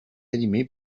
animée